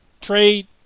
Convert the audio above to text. trade